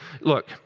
look